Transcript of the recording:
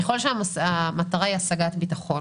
ככל שהמטרה היא השגת ביטחון